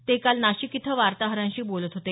ते काल नाशिक इथं वार्ताहरांशी बोलत होते